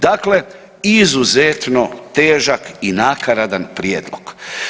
Dakle, izuzetno težak i nakaradan prijedlog.